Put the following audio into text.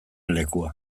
lekua